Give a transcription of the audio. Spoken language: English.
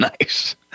Nice